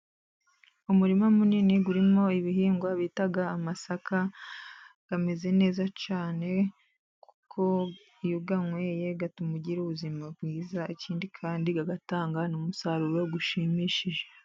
Umurima munini urimo ibihingwa bita amasaka, ameze neza cyane, kuko iyo uyanyoye atuma ugira ubuzima bwiza, ikindi kandi agatanga umusaruro ushimishije.